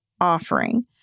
offering